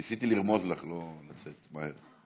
ניסיתי לרמוז לך לא לצאת מהר,